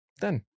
done